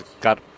got